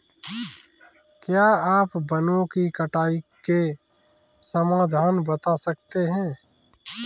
क्या आप वनों की कटाई के समाधान बता सकते हैं?